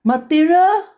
material